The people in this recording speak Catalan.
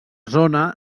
zona